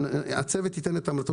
הצוות ייתן את המלצתו.